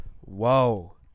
Whoa